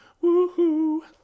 Woo-hoo